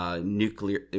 nuclear